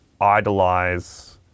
idolize